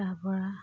তাৰ পৰা